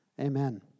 Amen